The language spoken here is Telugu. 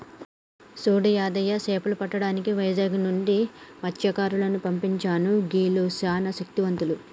సూడు యాదయ్య సేపలు పట్టటానికి వైజాగ్ నుంచి మస్త్యకారులను పిలిపించాను గీల్లు సానా శక్తివంతులు